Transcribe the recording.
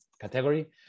category